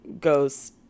goes